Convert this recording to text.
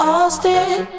Austin